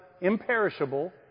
imperishable